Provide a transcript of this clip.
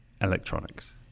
electronics